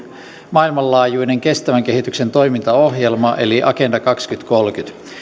maailmanlaajuinen kestävän kehityksen toimintaohjelma eli agenda kaksituhattakolmekymmentä